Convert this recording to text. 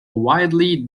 widely